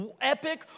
epic